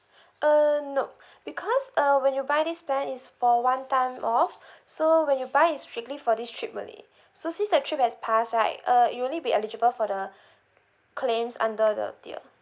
uh nope because uh when you buy this plan it's for one time off so when you buy it's strictly for this trip only so since the trip has passed right uh it'll only be eligible for the claims under the tier